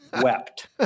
wept